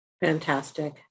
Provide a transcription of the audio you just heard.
Fantastic